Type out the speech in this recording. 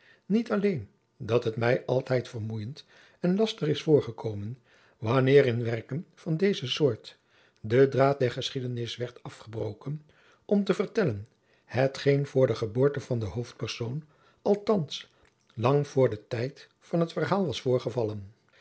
niet alleen dat het mij altijd vermoeiend en lastig is voorgekomen wanneer in werken van deze soort de draad der geschiedenis werd afgebroken om te vertellen hetgeen voor de geboorte van den hoofdpersoon althands lang voor den tijd van het verhaal was voorgevallen